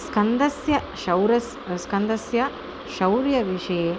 स्कन्दस्य शौरस् स्कन्दस्य शौर्यविषये